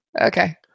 Okay